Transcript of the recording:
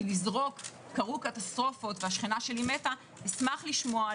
כי לזרוק: קרו קטסטרופות והשכנה שלי מתה נשמח לשמוע,